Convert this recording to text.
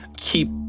keep